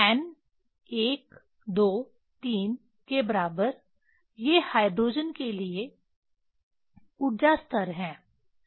n 1 2 3 के बराबर ये हाइड्रोजन के लिए ऊर्जा स्तर हैं सही